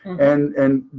and, and,